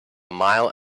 mile